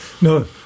No